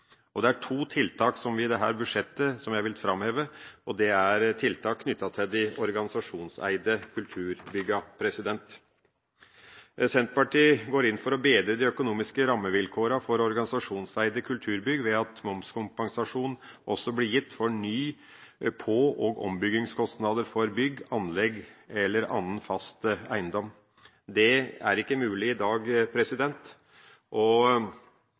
veksten. Det er to tiltak i dette budsjettet som jeg vil framheve, og det er tiltak knyttet til de organisasjonseide kulturbyggene. Senterpartiet går inn for å bedre de økonomiske rammevilkårene for organisasjonseide kulturbygg ved at momskompensasjon også blir gitt for ny-, på- og ombyggingskostnader for bygg, anlegg eller annen fast eiendom. Det er ikke mulig i dag, og